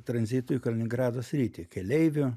tranzito į kaliningrado sritį keleivių